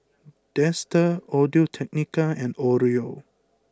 Dester Audio Technica and Oreo